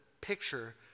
picture